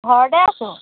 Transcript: ঘৰতে আছোঁ